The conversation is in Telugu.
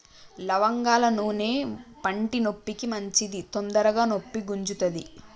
లవంగాల నూనె పంటి నొప్పికి మంచిది తొందరగ నొప్పి గుంజుతది